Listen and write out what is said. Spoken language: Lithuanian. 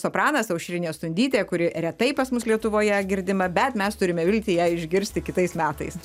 sopranas aušrinė stundytė kuri retai pas mus lietuvoje girdima bet mes turime viltį ją išgirsti kitais metais